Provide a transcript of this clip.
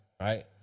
right